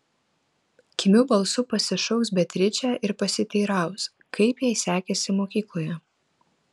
kimiu balsu pasišauks beatričę ir pasiteiraus kaip jai sekėsi mokykloje